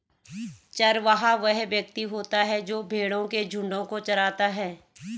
चरवाहा वह व्यक्ति होता है जो भेड़ों के झुंडों को चराता है